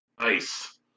Nice